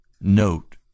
note